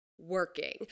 working